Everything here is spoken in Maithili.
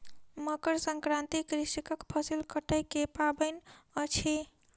मकर संक्रांति कृषकक फसिल कटै के पाबैन अछि